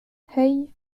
hey